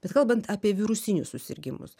bet kalbant apie virusinius susirgimus